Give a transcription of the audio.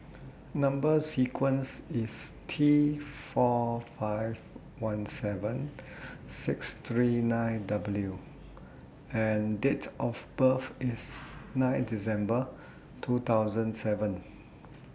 Number sequence IS T four five one seven six three nine W and Date of birth IS nine December two thousand seven